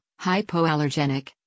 hypoallergenic